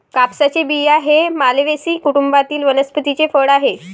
कापसाचे बिया हे मालवेसी कुटुंबातील वनस्पतीचे फळ आहे